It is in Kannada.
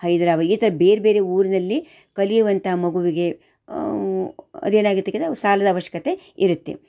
ಹೈದ್ರಾಬಾದ್ ಈ ಥರ ಬೇರೆಬೇರೆ ಊರಿನಲ್ಲಿ ಕಲಿಯುವಂಥ ಮಗುವಿಗೆ ಅದು ಏನಾಗುತ್ತೆ ಅವು ಸಾಲದ ಅವಶ್ಯಕತೆ ಇರುತ್ತೆ